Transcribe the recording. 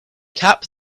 cap